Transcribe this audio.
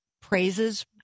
praises